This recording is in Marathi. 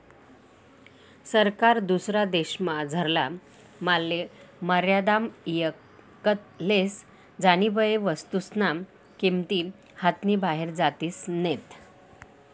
सरकार दुसरा देशमझारला मालले मर्यादामा ईकत लेस ज्यानीबये वस्तूस्न्या किंमती हातनी बाहेर जातीस नैत